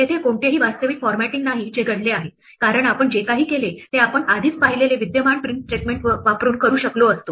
तेथे कोणतेही वास्तविक फॉरमॅटींग नाही जे घडले आहे कारण आपण जे काही केले ते आपण आधीच पाहिलेले विद्यमान प्रिंट स्टेटमेंट वापरून करू शकलो असतो